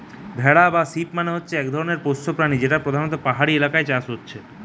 ভেড়া বা শিপ মানে হচ্ছে এক ধরণের পোষ্য প্রাণী যেটা পোধানত পাহাড়ি এলাকায় চাষ হচ্ছে